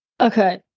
okay